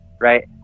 right